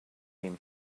him